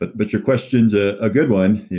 but but your question's a ah good one,